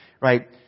right